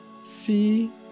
see